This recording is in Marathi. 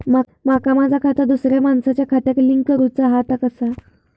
माका माझा खाता दुसऱ्या मानसाच्या खात्याक लिंक करूचा हा ता कसा?